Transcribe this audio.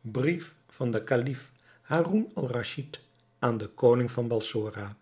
brief van den kalif haroun-al-raschid aan den koning van balsora